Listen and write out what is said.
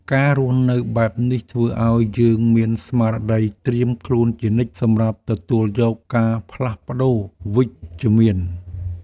ការរស់នៅបែបនេះធ្វើឱ្យយើងមានស្មារតីត្រៀមខ្លួនជានិច្ច សម្រាប់ទទួលយកការផ្លាស់ប្តូរវិជ្ជមាន។